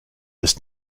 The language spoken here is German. ist